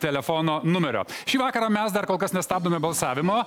telefono numerio šį vakarą mes dar kol kas nestabdome balsavimo